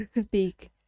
speak